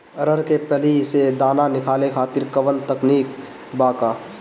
अरहर के फली से दाना निकाले खातिर कवन तकनीक बा का?